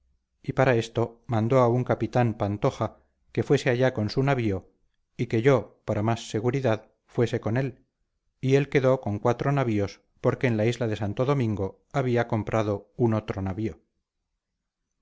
y para esto mandó a un capitán pantoja que fuese allá con su navío y que yo para más seguridad fuese con él y él quedó con cuatro navíos porque en la isla de santo domingo había comprado un otro navío